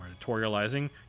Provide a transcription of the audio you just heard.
editorializing